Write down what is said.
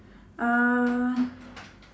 uh